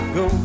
go